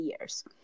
years